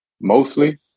mostly